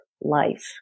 life